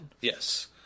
Yes